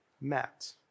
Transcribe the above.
met